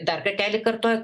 dar kartelį kartoju